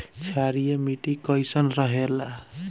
क्षारीय मिट्टी कईसन रहेला?